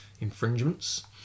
infringements